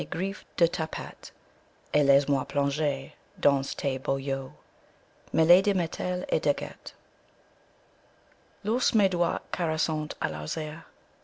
laisse-moi plonger dans tes beaux yeux mêlés de métal et d'agate lorsque mes doigts caressent à